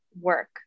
work